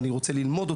שאותו אני רוצה ללמוד,